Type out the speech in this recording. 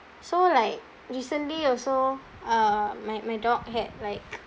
so like recently also uh my my dog had like